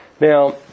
Now